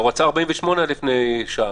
הוא רצה 48 לפני שעה.